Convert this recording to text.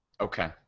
Okay